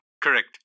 correct